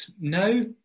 no